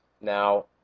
Now